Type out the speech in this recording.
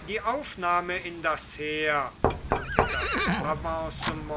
die aufnahme in das heer und das